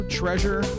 treasure